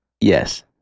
Yes